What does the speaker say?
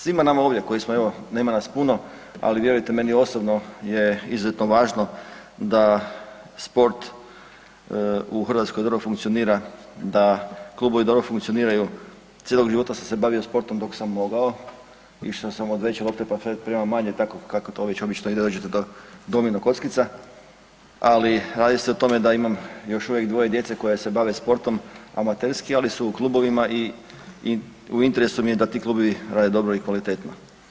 Svima nama ovdje koji smo, evo, nema nas puno, ali vjerujte, meni osobno je izuzetno važno da sport u Hrvatskoj dobro funkcionira, da klubovi dobro funkcioniraju, cijelog života sam se bavio sportom dok sam mogao, išao sam od većeg opet pa prema manjem, tako kako to već obično ide, dođete do domino kockica, ali radi se o tome da imam još uvijek dvoje djece koje se bave sportom amaterski, ali su u klubovima i u interesu mi je da ti klubovi rade dobro i kvalitetno.